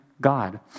God